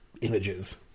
images